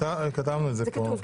כתבנו את זה פה.